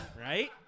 right